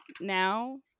now